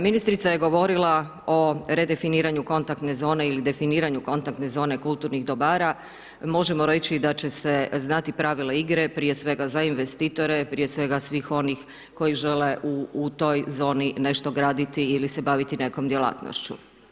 Ministrica je govorila o redefiniranju kontakte zone ili definiranju kontaktne zone kulturnih dobara, možemo reći da će se znati pravila igre, prije svega za investitore, prije svega svih onih koji žele u toj zoni nešto graditi ili se baviti nekom djelatnošću.